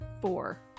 four